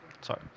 Sorry